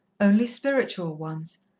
only spiritual ones.